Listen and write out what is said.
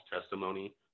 testimony